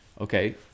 okay